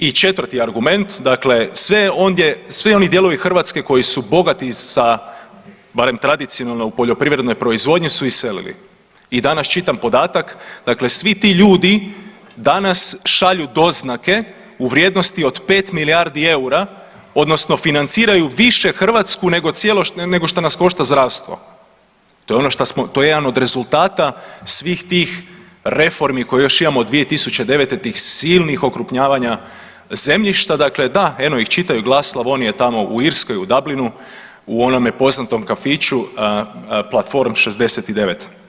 I četvrti argument dakle sve ondje, svi oni dijelovi Hrvatske koji su bogati sa barem tradicijalno u poljoprivrednoj proizvodnji su iselili i danas čitam podatak dakle svi ti ljudi danas šalju doznake u vrijednosti od 5 milijardi eura odnosno financiraju više Hrvatsku nego što nas košta zdravstvo, to je ono šta smo, to je jedan od rezultata svih tih reformi koje još imamo od 2009., tih silnih okrupnjavanja zemljišta, dakle da eno ih čitaju Glas Slavonije tamo u Irskoj u Dublinu u onome poznatom kafiću Platforum 69.